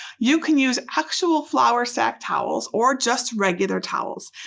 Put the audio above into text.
you can use actual flour sack towels or just regular towels.